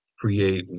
create